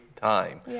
time